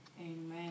Amen